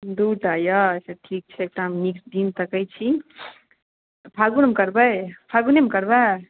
दूटा यए अच्छा ठीक छै तऽ हम नीक दिन तकै छी फागुनमे करबै फागुनेमे करबै